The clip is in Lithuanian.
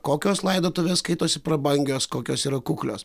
kokios laidotuvės skaitosi prabangios kokios yra kuklios